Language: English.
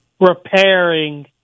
repairing